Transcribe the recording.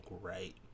right